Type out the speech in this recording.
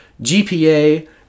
GPA